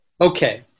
Okay